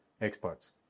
experts